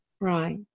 Right